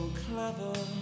clever